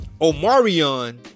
Omarion